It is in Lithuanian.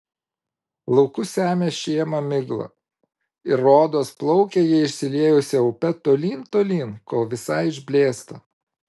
laukus semia šėma migla ir rodos plaukia jie išsiliejusia upe tolyn tolyn kol visai išblėsta